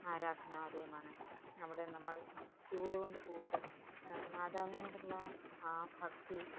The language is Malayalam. ആരാധനാലയമാണ് അവിടെ നമ്മള് ചൂലുകൊണ്ടു തൂത്ത് മാതാവിനോടുള്ള ആ ഭക്തി